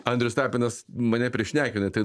andrius tapinas mane prišnekino tai